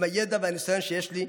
עם הידע והניסיון שיש לי,